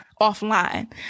offline